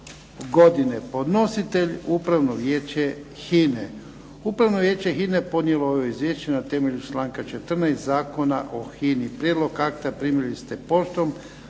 godine. Podnositelj Upravno vijeće HINE. Upravno vijeće HINE podnijelo je ovo izvješće na temelju članka 14., Zakona o HINI. Prijedlog akta primili ste poštom.